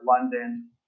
London